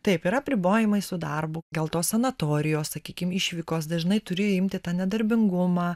taip yra apribojimai su darbu gal tos sanatorijos sakykim išvykos dažnai turiu imti tą nedarbingumą